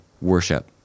worship